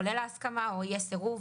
כולל ההסכמה או אי הסירוב.